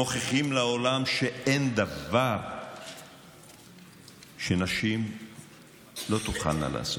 מוכיחים לעולם שאין דבר שנשים לא תוכלנה לעשות.